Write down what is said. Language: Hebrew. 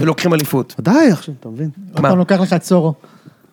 ‫ולוקחים אליפות. ‫-בוודאי, עכשיו אתה מבין. ‫לא, אתה לוקח לך את סורו.